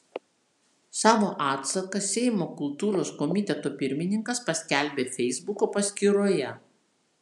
savo atsaką seimo kultūros komiteto pirmininkas paskelbė feisbuko paskyroje